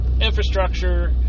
infrastructure